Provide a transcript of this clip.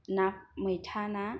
ना मैथा ना